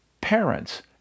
parents